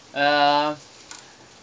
uh